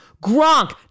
Gronk